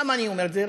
למה אני אומר את זה?